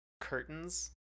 curtains